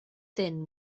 thin